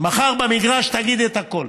מחר במגרש תגיד את הכול.